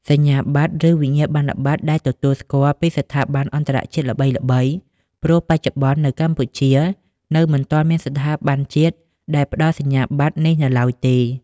សញ្ញាបត្រ ឬ វិញ្ញាបនបត្រដែលទទួលស្គាល់ពីស្ថាប័នអន្តរជាតិល្បីៗ ព្រោះបច្ចុប្បន្ននៅកម្ពុជានៅមិនទាន់មានស្ថាប័នជាតិដែលផ្ដល់សញ្ញាបត្រនេះនៅឡើយទេ។